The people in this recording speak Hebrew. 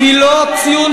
היא לא ציונית.